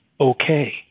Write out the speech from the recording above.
okay